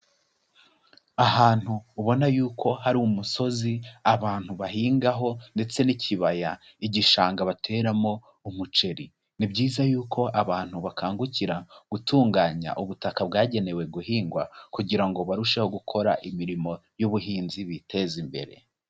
Ahantu ubona yuko hari umusozi abantu bahingaho ndetse n'ikibaya, igishanga bateramo umuceri, ni byiza yuko abantu bakangukira gutunganya ubutaka bwagenewe guhingwa kugira ngo barusheho gukora imirimo y'ubuhinzi biteze imbere.